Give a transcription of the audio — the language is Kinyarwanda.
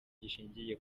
gishingiye